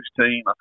team